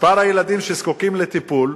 מספר הילדים שזקוקים לטיפול,